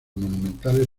monumentales